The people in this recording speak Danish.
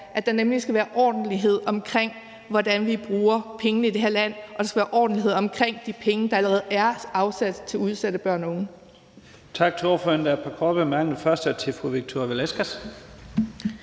at der nemlig skal være ordentlighed omkring, hvordan vi bruger pengene i det her land, og at der skal være ordentlighed omkring de penge, der allerede er afsat til udsatte børn og unge.